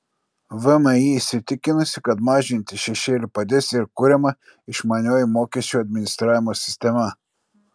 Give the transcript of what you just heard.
vmi įsitikinusi kad mažinti šešėlį padės ir kuriama išmanioji mokesčių administravimo sistema